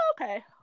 Okay